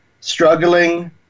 struggling